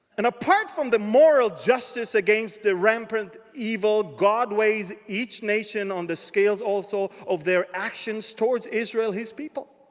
and apart from the moral justice against the rampant evil, god weighs each nation on the scales. also of their actions towards israel, his people.